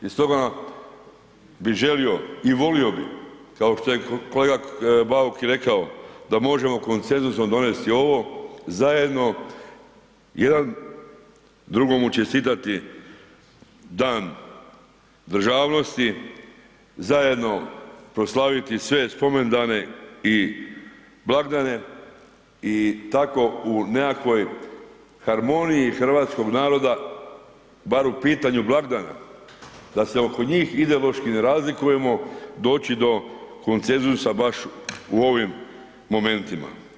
I stoga bih želio i volio bih kao što je kolega Bauk i rekao da možemo konsenzusom donesti ovo zajedno, jedan drugome čestitati Dan državnosti zajedno proslaviti sve spomendane i blagdane i tako u nekakvoj harmoniji hrvatskog naroda bar u pitanju blagdana da se oko njih ideološki ne razlikujemo doći do koncenzusa baš u ovim momentima.